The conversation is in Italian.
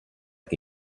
che